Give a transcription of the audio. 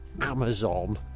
Amazon